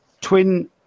twin